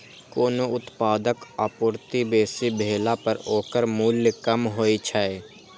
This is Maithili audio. कोनो उत्पादक आपूर्ति बेसी भेला पर ओकर मूल्य कम होइ छै